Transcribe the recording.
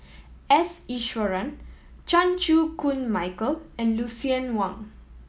S Iswaran Chan Chew Koon Michael and Lucien Wang